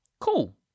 Cool